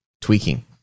tweaking